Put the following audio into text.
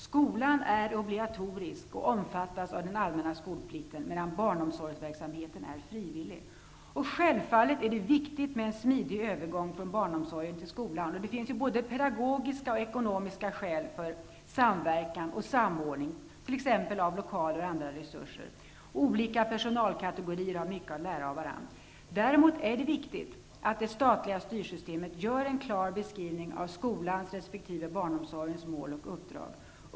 Skolan är obligatorisk och omfattas av den allmänna skolplikten, medan barnomsorgsverksamheten är frivillig. Självfallet är det viktigt med en smidig övergång från barnomsorgen till skolan. Det finns ju både pedagogiska och ekonomiska skäl för samverkan och samordning av exempelvis lokaler och andra resurser. Olika personalkategorier har mycket att lära av varandra. Däremot är det viktigt att det statliga styrsystemet gör en klar beskrivning av skolans resp. barnomsorgens mål och uppdrag.